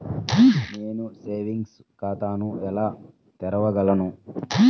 నేను సేవింగ్స్ ఖాతాను ఎలా తెరవగలను?